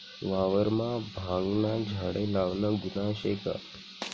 वावरमा भांगना झाडे लावनं गुन्हा शे का?